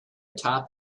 top